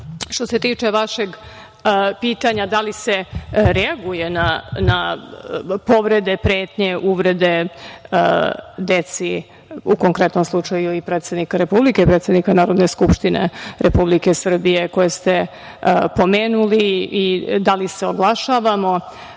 se tiče vašeg pitanja – da li se reaguje na povrede, pretnje, uvrede deci, u konkretnom slučaju, predsednika Republike, predsednika Narodne skupštine Republike Srbije koje ste pomenuli i da li se oglašavamo,